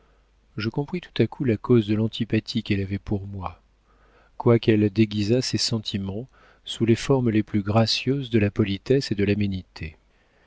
je compris tout à coup la cause de l'antipathie qu'elle avait pour moi quoiqu'elle déguisât ses sentiments sous les formes les plus gracieuses de la politesse et de l'aménité